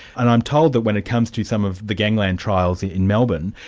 and i'm told that when it comes to some of the gangland trials in melbourne,